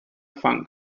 funk